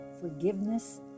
forgiveness